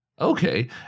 Okay